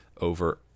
over